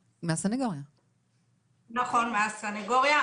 נכון, מהסנגוריה.